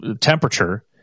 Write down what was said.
temperature